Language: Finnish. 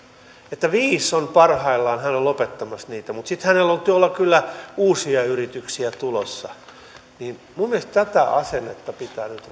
että viittä hän on parhaillaan lopettamassa mutta sitten hänellä on tuolla kyllä uusia yrityksiä tulossa minun mielestäni tätä asennetta pitää nyt